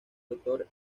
doctor